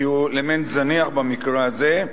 כי הוא אלמנט זניח במקרה הזה.